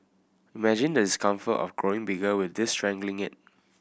imagine the discomfort of growing bigger with this strangling it